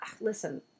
listen